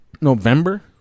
November